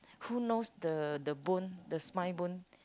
who knows the the bone the spine bone